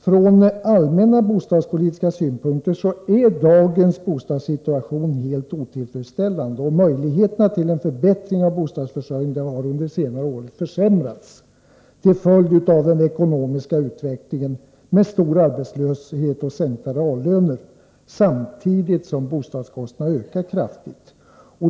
Från allmänna bostadspolitiska synpunkter är dagens bostadssituation helt otillfredsställande, och möjligheterna till en förbättring av bostadsförsörjningen har under senare år minskat till följd av den ekonomiska utvecklingen med stor arbetslöshet och sänkta reallöner samtidigt som bostadskostnaderna har ökat kraftigt.